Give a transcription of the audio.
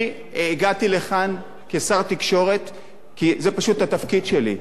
אני הגעתי לכאן כשר התקשורת כי זה פשוט התפקיד שלי,